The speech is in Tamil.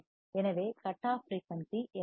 எனவே கட் ஆஃப் ஃபிரீயூன்சி எஃப்